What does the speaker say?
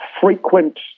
frequent